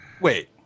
wait